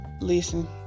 listen